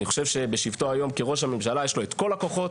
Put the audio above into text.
אני חושב שבשבתו היום כראש הממשלה יש לו את כל הכוחות